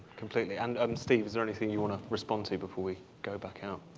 completely, and um steve, is there anything you wanna respond to before we go back out?